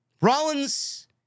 Rollins